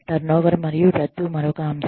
turnover మరియు రద్దు మరొక అంశం